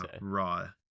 raw